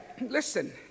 listen